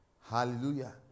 hallelujah